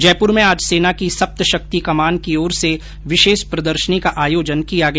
जयपुर में आज सेना की सप्त शक्ति कमान की ओर से विशेष प्रदर्शनी का आयोजन किया गया